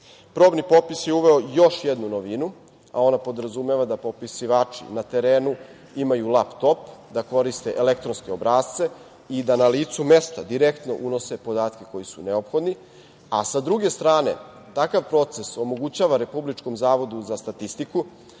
Probni popis je uveo još jednu novinu, a ona podrazumeva da popisivači na terenu imaju laptop, da koriste elektronske obrasce i da na licu mesta direktno unose podatke koji su neophodni, a sa druge strane takav proces omogućava Republičkom zavodu za statistiku